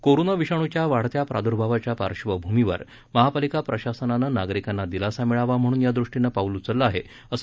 corona विषाणूच्या वाढत्या प्रादूर्भावाच्या पार्श्वभूमीवर महापालिका प्रशासनानं नागरिकांना दिलासा मिळावा म्हणून या दृष्टीनं पाऊल उचललं आहे असं